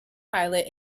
pilot